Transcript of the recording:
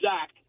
Zach